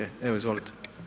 Evo, izvolite.